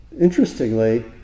Interestingly